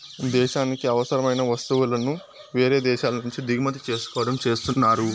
దేశానికి అవసరమైన వస్తువులను వేరే దేశాల నుంచి దిగుమతి చేసుకోవడం చేస్తున్నారు